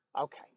Okay